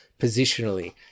positionally